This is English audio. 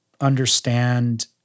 understand